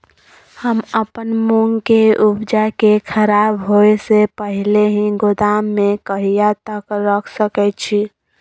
हम अपन मूंग के उपजा के खराब होय से पहिले ही गोदाम में कहिया तक रख सके छी?